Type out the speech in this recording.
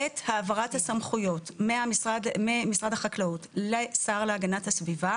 עת העברת הסמכויות ממשרד החקלאות לשר להגנת הסביבה